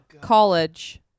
College